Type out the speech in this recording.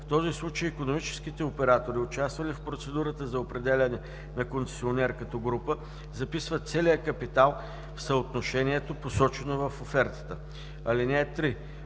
В този случай икономическите оператори, участвали в процедурата за определяне на концесионер като група, записват целия капитал в съотношението, посочено в офертата. (3)